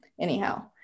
Anyhow